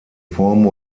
formen